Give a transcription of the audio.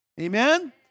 Amen